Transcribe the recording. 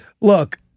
Look